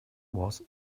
was